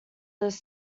this